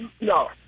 No